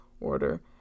order